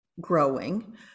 growing